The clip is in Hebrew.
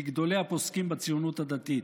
מגדולי הפוסקים בציונות הדתית: